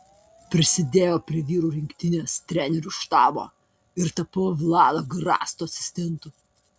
prisidėjau prie vyrų rinktinės trenerių štabo ir tapau vlado garasto asistentu